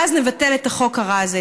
ואז נבטל את החוק הרע הזה.